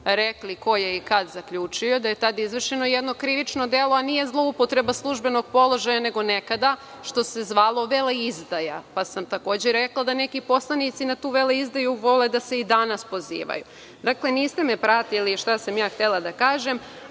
rekli ko je i kada zaključio, da je tada izvršeno jedno krivično delo, a nije zloupotreba službenog položaja, nego nekada što se zvala veleizdaja, pa sam takođe rekla da neki poslanici na tu veleizdaju vole da se i danas pozivaju. Dakle, niste me pratili šta sam htela da kažem,